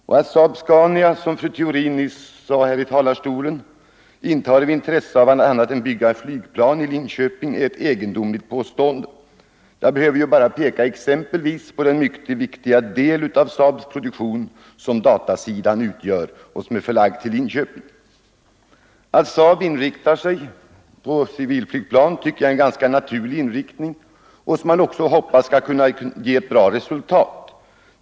Fru Theorins påstående nyss att SAAB-Scania inte har intresse av något annat än att bygga flygplan i Linköping är mycket egendomligt. Jag behöver exempelvis bara peka på den mycket viktiga del av SAAB:s produktion som datasidan utgör och som är förlagd till Linköping. Att SAAB inriktar sig på civilflygplan är naturligt, och man hoppas att det skall ge ett bra resultat.